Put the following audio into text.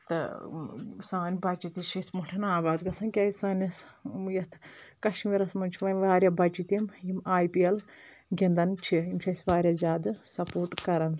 تہٕ سٲنۍ بچہِ تہِ چھ یتھ پٲٹھۍ آباد گژھان کیازٕ سٲنِس یتھ کشمیٖرس منٛز چھِ وۄنۍ واریاہ بچہِ تِم یِم آی پی اٮ۪ل گنٛدان چھِ یِم چھِ اسہِ واریاہ زیادٕ سپورٹ کران